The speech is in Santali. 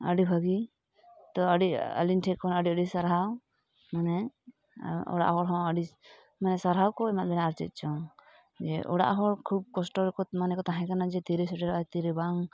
ᱟᱹᱰᱤ ᱵᱷᱟᱹᱜᱤ ᱛᱚ ᱟᱹᱰᱤ ᱟᱞᱤᱧ ᱴᱷᱮᱱᱠᱷᱚᱱ ᱟᱹᱰᱤ ᱟᱹᱰᱤ ᱥᱟᱨᱦᱟᱣ ᱢᱟᱱᱮ ᱚᱲᱟᱜ ᱦᱚᱲ ᱦᱚᱸ ᱢᱟᱱᱮ ᱟᱹᱰᱤ ᱥᱟᱨᱦᱟᱣᱠᱚ ᱮᱢᱟᱫᱵᱮᱱᱟ ᱟᱨ ᱪᱮᱫᱪᱚᱝ ᱡᱮ ᱚᱲᱟᱜ ᱦᱚᱲ ᱠᱷᱩᱵᱽ ᱠᱚᱥᱴᱚ ᱨᱮᱠᱚ ᱢᱟᱱᱮᱠᱚ ᱛᱟᱦᱮᱸ ᱠᱟᱱᱟ ᱡᱮ ᱛᱤᱨᱮᱭ ᱥᱮᱴᱮᱨᱚᱜᱼᱟ ᱛᱤᱨᱮ ᱵᱟᱝ